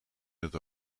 het